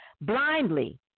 Blindly